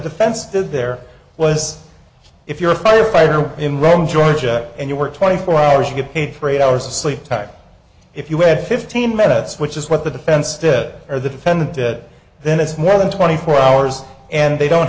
defense did there was if you're a firefighter in rome georgia and you work twenty four hours to get paid for eight hours of sleep time if you had fifteen minutes which is what the defense did or the defendant that then it's more than twenty four hours and they don't